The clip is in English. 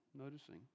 noticing